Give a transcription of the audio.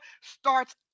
starts